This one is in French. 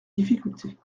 difficultés